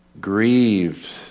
grieved